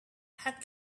had